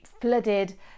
flooded